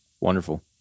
wonderful